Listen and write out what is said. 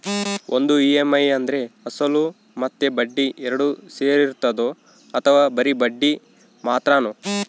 ಒಂದು ಇ.ಎಮ್.ಐ ಅಂದ್ರೆ ಅಸಲು ಮತ್ತೆ ಬಡ್ಡಿ ಎರಡು ಸೇರಿರ್ತದೋ ಅಥವಾ ಬರಿ ಬಡ್ಡಿ ಮಾತ್ರನೋ?